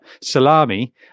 salami